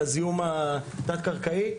על הזיהום התת קרקעי.